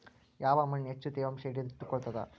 ಯಾವ್ ಮಣ್ ಹೆಚ್ಚು ತೇವಾಂಶ ಹಿಡಿದಿಟ್ಟುಕೊಳ್ಳುತ್ತದ?